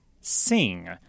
Sing